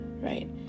right